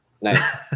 Nice